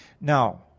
Now